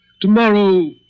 Tomorrow